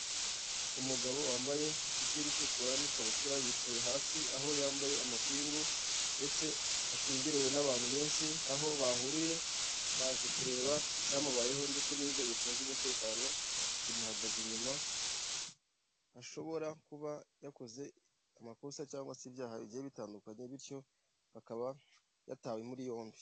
Umugabo wambaye umupira utukura n'ikabutura yicaye hasi aho yambaye amapingu ndetse ashungerewe n'abantu benshi, aho bahuruye baje kureba icyamubayeho ndetse n'inzego zishinzwe umutekano zimuhagaze inyuma, ashobora kuba yakoze amakosa cyangwa se ibyaha bigiye bitandukanye bityo bakaba yatawe muri yombi.